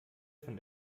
von